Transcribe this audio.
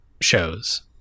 shows